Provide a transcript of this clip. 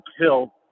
Hill